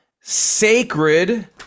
sacred